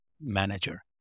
manager